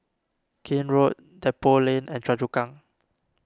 Keene Road Depot Lane and Choa Chu Kang